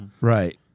right